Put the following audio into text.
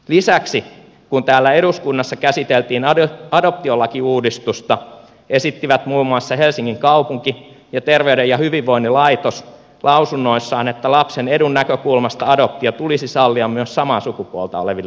lisäksi kun täällä eduskunnassa käsiteltiin adoptiolakiuudistusta esittivät muun muassa helsingin kaupunki ja terveyden ja hyvinvoinnin laitos lausunnoissaan että lapsen edun näkökulmasta adoptio tulisi sallia myös samaa sukupuolta oleville pareille